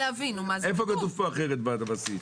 איפה כתוב פה אחרת בסעיף?